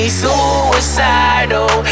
suicidal